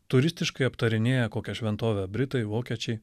turistiškai aptarinėja kokią šventovę britai vokiečiai